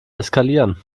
eskalieren